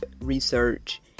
research